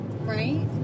Right